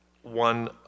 One